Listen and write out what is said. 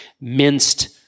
minced